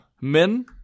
Men